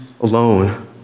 alone